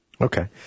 Okay